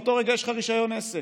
מאותו רגע יש לך רישיון עסק.